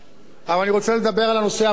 על הנושא הפנימי.